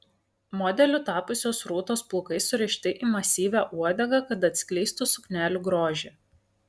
modeliu tapusios rūtos plaukai surišti į masyvią uodegą kad atskleistų suknelių grožį